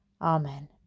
Amen